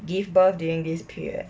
give birth during this period